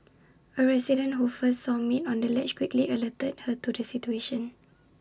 A resident who first saw maid on the ledge quickly alerted her to the situation